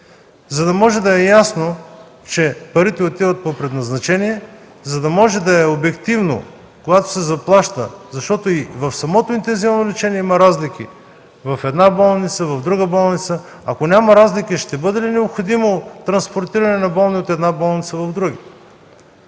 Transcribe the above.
за да може да е ясно, че парите отиват по предназначение, за да може да е обективно, когато се заплаща. Защото и в самото интензивно лечение има разлики – в една болница, в друга болница. Ако няма разлики, ще бъде ли необходимо транспортирането на болни от една болница в друга?